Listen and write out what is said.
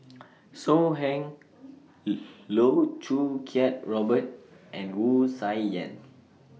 So Heng Loh Choo Kiat Robert and Wu Tsai Yen